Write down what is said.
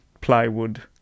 plywood